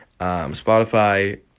Spotify